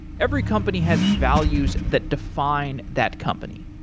every company has values that define that company.